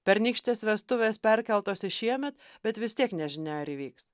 pernykštės vestuvės perkeltos į šiemet bet vis tiek nežinia ar įvyks